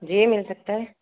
جی مل سکتا ہے